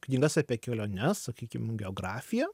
knygas apie keliones sakykim geografiją